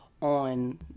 on